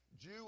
Jew